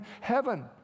heaven